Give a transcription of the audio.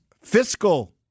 fiscal